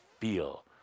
feel